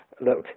look